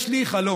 יש לי חלום.